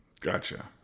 Gotcha